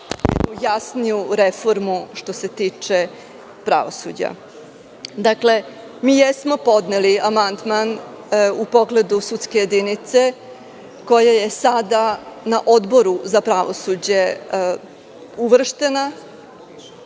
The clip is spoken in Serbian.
jasniju reformu, što se tiče pravosuđa. Mi jesmo podneli amandman, u pogledu sudske jedinice koja je sada na Odboru za pravosuđe uvrštena,